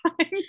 time